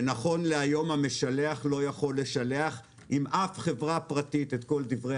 ונכון להיום המשלח לא יכול לשלח עם אף חברה פרטית את כל דברי